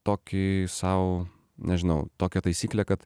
tokį sau nežinau tokią taisyklę kad